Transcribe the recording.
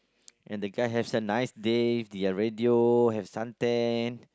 and the guy has a nice date he had radio have sundae